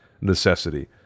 necessity